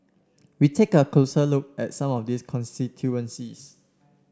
we take a closer look at some of these constituencies